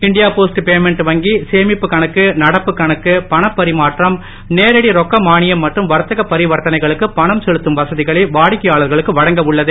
India post payment வங்கி சேமிப்பு கணக்கு நடப்புக் கணக்கு பணப்பரிமாற்றம் நேரடி ரொக்க மானியம் மற்றும் வர்த்தக பரிவர்த்தனைகளுக்கு பணம் செலுத்தும் வசதிகளை வாடிக்கையாளர்களுக்கு வழங்க உள்ளது